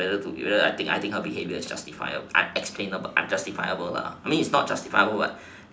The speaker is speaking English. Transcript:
whether to whether